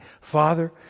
Father